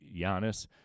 Giannis